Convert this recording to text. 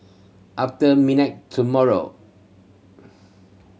after midnight tomorrow